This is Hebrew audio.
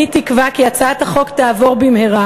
אני תקווה כי הצעת החוק תעבור במהרה